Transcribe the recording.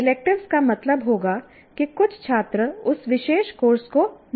electives का मतलब होगा कि कुछ छात्र उस विशेष कोर्स को नहीं ले रहे हैं